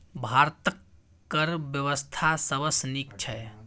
भारतक कर बेबस्था सबसँ नीक छै